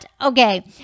Okay